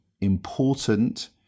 important